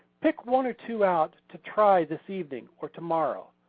pick one or two out to try this evening or tomorrow,